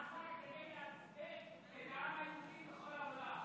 זה נעשה כדי לעצבן את העם היהודי בכל העולם.